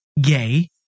gay